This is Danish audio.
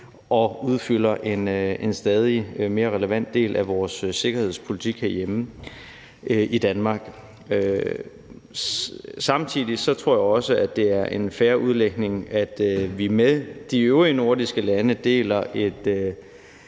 og udfylder en stadig mere relevant del af vores sikkerhedspolitik herhjemme i Danmark. Samtidig tror jeg også, det er en fair udlægning, at vi med de øvrige nordiske lande deler et